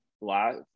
last